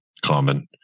common